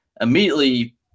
immediately